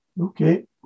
Okay